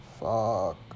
Fuck